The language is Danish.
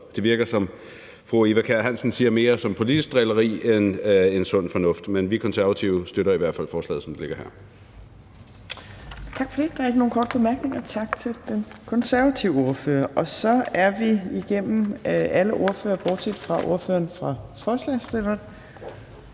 Det virker, som fru Eva Kjer Hansen siger, mere som politisk drilleri end sund fornuft, men vi Konservative støtter i hvert fald forslaget, som det ligger her.